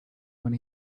when